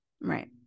right